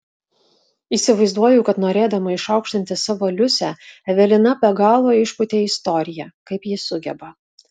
įsivaizduoju kad norėdama išaukštinti savo liusę evelina be galo išpūtė istoriją kaip ji sugeba